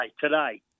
today